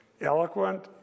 Eloquent